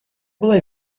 было